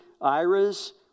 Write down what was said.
IRAs